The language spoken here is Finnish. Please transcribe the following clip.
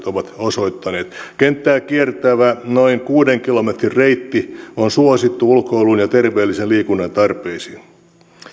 ovat osoittaneet kenttää kiertävä noin kuuden kilometrin reitti on suosittu ulkoiluun ja terveellisen liikunnan tarpeisiin